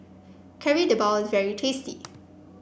Kari Debal is very tasty